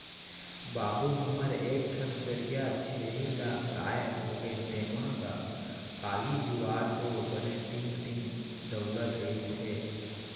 बाबू हमर एक ठन करिया छेरी ला काय होगे तेंमा गा, काली जुवार तो बने टींग टींग दउड़त रिहिस हे